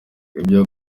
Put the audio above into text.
ibyo